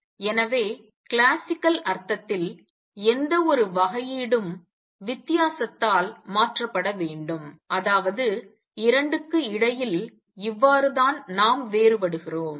எனவே கிளாசிக்கல் அர்த்தத்தில் எந்தவொரு வகையீடும் வித்தியாசத்தால் மாற்றப்பட வேண்டும் அதாவது 2 க்கு இடையில் இவ்வாறுதான் நாம் வேறுபடுகிறோம்